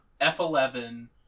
F11